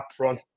upfront